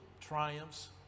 triumphs